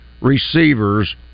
receivers